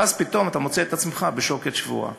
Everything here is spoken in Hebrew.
ואז פתאום אתה מוצא את עצמך מול שוקת שבורה.